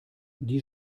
die